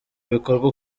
bikorwa